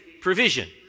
provision